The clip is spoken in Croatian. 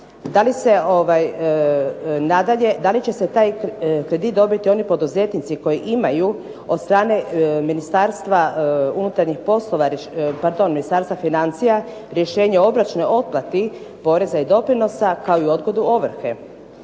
da li će taj kredit dobiti poduzetnici koji imaju od strane Ministarstva financija rješenje o obročnoj otplati poreza i doprinosa kao i odgodu ovrhe.